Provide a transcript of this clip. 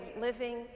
living